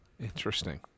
interesting